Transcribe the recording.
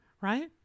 right